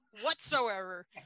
whatsoever